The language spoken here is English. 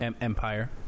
Empire